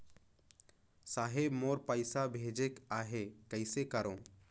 साहेब मोर पइसा भेजेक आहे, कइसे करो?